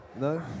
No